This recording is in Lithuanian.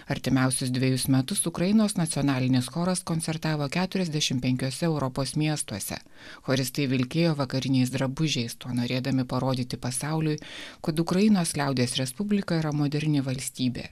artimiausius dvejus metus ukrainos nacionalinis choras koncertavo keturiasdešim penkiuose europos miestuose choristai vilkėjo vakariniais drabužiais tuo norėdami parodyti pasauliui kad ukrainos liaudies respublika yra moderni valstybė